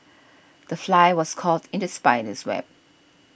the fly was caught in the spider's web